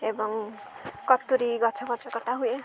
ଏବଂ କତୁରି ଗଛ ଫଛ କଟା ହୁଏ